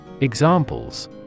Examples